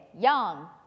young